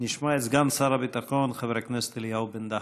נשמע את סגן שר הביטחון, חבר הכנסת אליהו בן-דהן.